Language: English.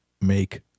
make